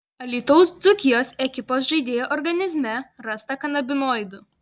alytaus dzūkijos ekipos žaidėjo organizme rasta kanabinoidų